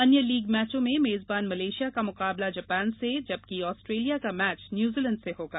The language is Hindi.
अन्य लीग मैचों में मेज़बान मलेशिया का मुकाबला जापान से जबकि आस्ट्रेलिया का मैच न्यूज़ीलैंड से होगा